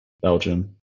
Belgium